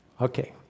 Okay